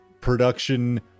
production